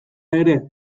ere